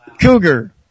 Cougar